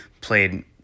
played